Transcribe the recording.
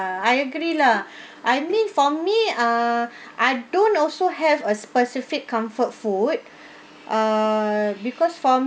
I agree lah I mean for me ah I don't also have a specific comfort food uh because for